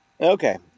Okay